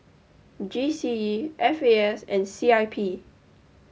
G C E F A S and C I P